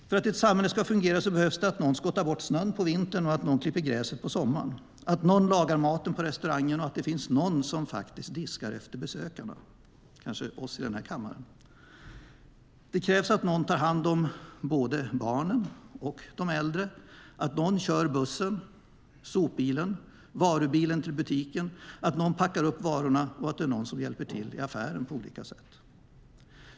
För att ett samhälle ska fungera behövs det att någon skottar bort snön på vintern och att någon klipper gräsmattorna på sommaren, att någon lagar maten på restaurangerna och att det även finns någon diskar efter besökarna, kanske hos oss i denna kammare. Det krävs att någon tar hand om både barnen och de äldre, att någon kör bussen, sopbilen, varubilen till butiken, packar upp varorna och att någon hjälper till i affären på olika sätt.